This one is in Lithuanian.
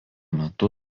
metu